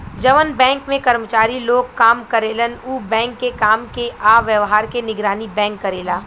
जवन बैंक में कर्मचारी लोग काम करेलन उ लोग के काम के आ व्यवहार के निगरानी बैंक करेला